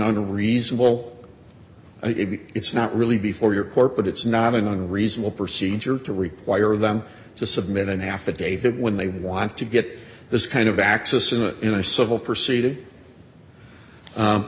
a reasonable it's not really before your court but it's not an unreasonable procedure to require them to submit an affidavit when they want to get this kind of access in a in a civil proceeded